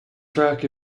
track